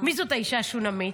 מי זו האישה השונמית?